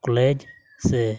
college